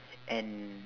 and